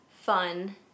fun